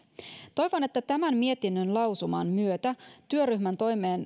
toivon että tämän mietinnön lausuman myötä työryhmän